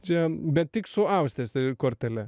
čia bet tik su austės kortele